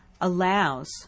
allows